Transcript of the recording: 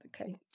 Okay